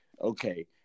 okay